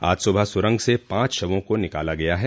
आज सुबह सुरंग से पांच शवों को निकाला गया है